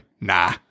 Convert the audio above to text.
nah